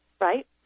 right